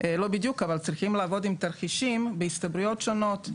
לא בדיוק אבל צריכים לעבוד עם תרחישים בהסתברויות שונות.